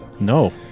No